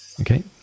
Okay